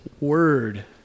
word